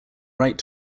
right